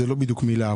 זה לא בדיוק מילה,